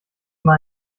mal